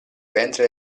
ventre